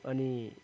अनि